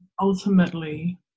ultimately